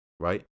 Right